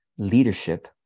leadership